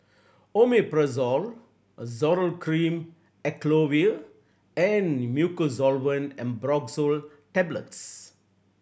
Omeprazole Zoral Cream Acyclovir and Mucosolvan Ambroxol Tablets